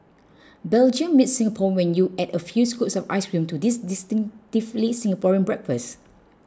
Belgium meets Singapore when you add a few scoops of ice cream to this distinctively Singaporean breakfast